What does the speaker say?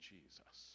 Jesus